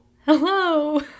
Hello